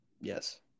Yes